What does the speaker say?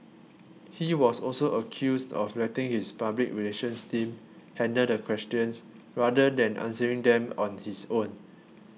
he was also accused of letting his public relations team handle the questions rather than answering them on his own